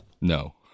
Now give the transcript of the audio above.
No